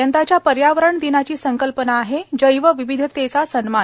यंदाच्या पर्यावरण दिनाची संकल्पना आहे जैव विविधतेचा सन्मान